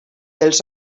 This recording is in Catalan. dels